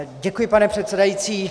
Děkuji, pane předsedající.